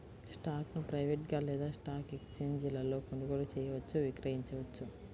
స్టాక్ను ప్రైవేట్గా లేదా స్టాక్ ఎక్స్ఛేంజీలలో కొనుగోలు చేయవచ్చు, విక్రయించవచ్చు